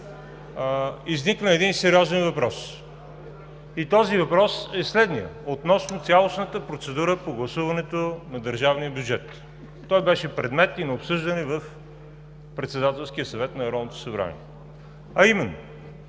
изникна един сериозен въпрос и този въпрос е следният: относно цялостната процедура по гласуването на държавния бюджет. Той беше предмет и на обсъждане в Председателския съвет на Народното събрание, а именно